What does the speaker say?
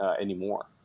anymore